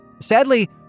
Sadly